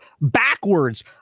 backwards